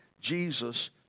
Jesus